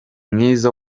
mwiza